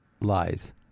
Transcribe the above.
lies